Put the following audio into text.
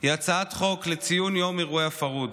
היא הצעת חוק לציון יום אירועי הפרהוד.